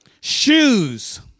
Shoes